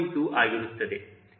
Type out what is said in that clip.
2 ಆಗಿರುತ್ತದೆ